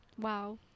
Wow